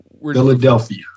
Philadelphia